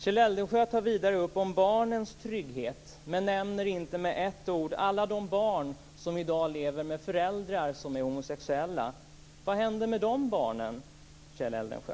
Kjell Eldensjö tar vidare upp barnens trygghet men nämner inte med ett ord alla de barn som i dag lever med föräldrar som är homosexuella. Vad händer med de barnen, Kjell Eldensjö?